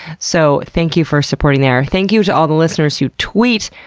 so thank you for supporting there. thank you to all the listeners who tweet,